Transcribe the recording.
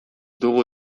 dugu